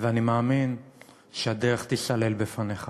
ואני מאמין שהדרך תיסלל בפניך.